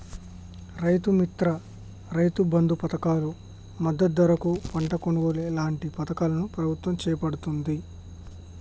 రైతు మిత్ర, రైతు బంధు పధకాలు, మద్దతు ధరకు పంట కొనుగోలు లాంటి పధకాలను ప్రభుత్వం చేపడుతాంది